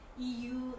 EU